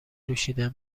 نوشیدنی